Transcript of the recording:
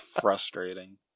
frustrating